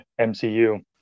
MCU